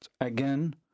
again